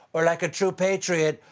or, like a true patriot,